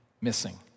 missing